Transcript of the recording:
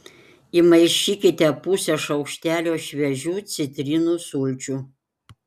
įmaišykite pusę šaukštelio šviežių citrinų sulčių